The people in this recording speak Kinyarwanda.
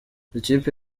ikipe